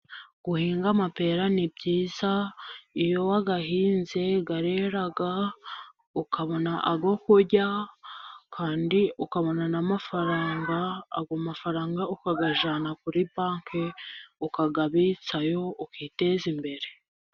Guhinga amapera ni byiza, iyo wayahinze arera ukabona ayo kurya, kandi ukabona n'amafaranga. Ayo mafaranga ukayajyana kuri banki, ukayabitsayo ukiteza imbere.